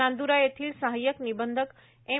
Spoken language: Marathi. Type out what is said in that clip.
नांदुरा येथील सहाय्यक निबंधक एम